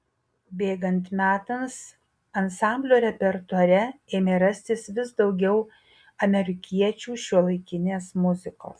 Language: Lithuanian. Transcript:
bėgant metams ansamblio repertuare ėmė rastis vis daugiau amerikiečių šiuolaikinės muzikos